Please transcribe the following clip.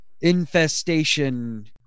infestation